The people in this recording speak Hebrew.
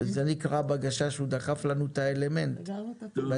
זה נקרא בגשש החיוור ש"הוא דחף לנו את האלמנט" בדיון